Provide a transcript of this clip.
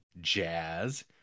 jazz